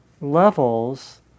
levels